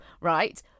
right